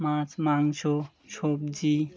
মাছ মাংস সবজি